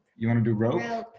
you wanna do ropes?